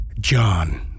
John